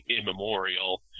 immemorial